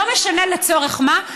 לא משנה לצורך מה,